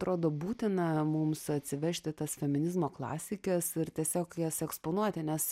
atrodo būtina mums atsivežti tas feminizmo klasikes ir tiesiog jas eksponuoti nes